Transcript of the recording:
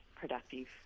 productive